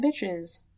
bitches